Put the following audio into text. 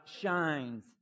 shines